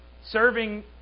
Serving